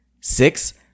Six